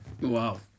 Wow